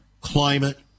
climate